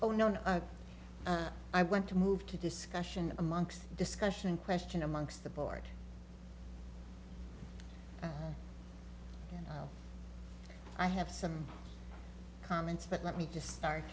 oh no no i want to move to a discussion amongst discussion question amongst the board and i have some comments but let me just start